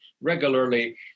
regularly